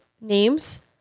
names